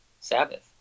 Sabbath